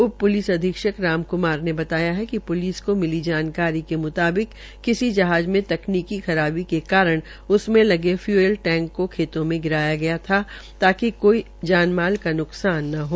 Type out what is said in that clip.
उप प्लिस अधीक्षक रामक्मार ने बताया कि प्लिस को मिली जानकारी के मुताबिक किसी जहाज में तकनीकी खराबी के कारण के कारण उनमें लगे फयूल टैंक को खेत में गिराया गया ताकि कोई जान माल का नुकसान न हो